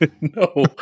No